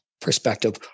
perspective